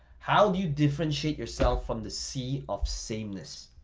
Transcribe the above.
how do you differentiate yourself from the sea of sameness?